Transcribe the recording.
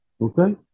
Okay